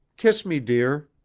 kiss me, dear.